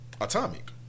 Atomic